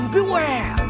beware